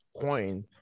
coin